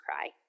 cry